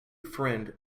friend